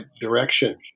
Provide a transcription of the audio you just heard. direction